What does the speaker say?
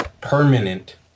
permanent